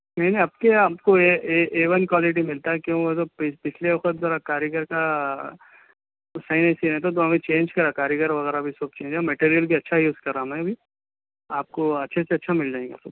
نہیں نہیں اب کہ آپ کو اے اے وَن کوالٹی مِلتا ہے کیوں بولے تو پچھلے وقت کاریگر کا سہی سیاہ تو دونوں چینج کرا کاریگر وغیرہ بھی سب چینج ہے مٹیریل بھی اچھا یوز کرا میں ابھی آپ کو اچھے سے اچھا مِل جائے گا پھر